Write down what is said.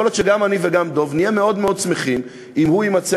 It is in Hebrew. יכול להיות שגם אני וגם דב נהיה מאוד מאוד שמחים אם הוא יימצא